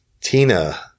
Tina